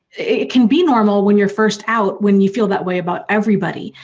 it can be normal when you're first out, when you feel that way about everybody,